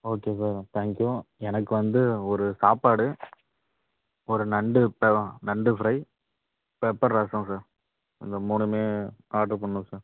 okay sir thank you எனக்கு வந்து ஒரு சாப்பாடு ஒரு நண்டு ப நண்டு ஃப்ரை பெப்பர் ரசம் சார் இந்த மூணுமே ஆர்ட்ரு பண்ணும் சார்